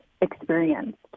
experienced